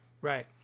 right